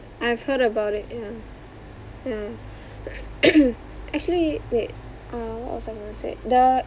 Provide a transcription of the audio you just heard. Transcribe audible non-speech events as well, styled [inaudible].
I've heard about it ya ya [coughs] actually wait uh what was I gonna say the